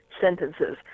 sentences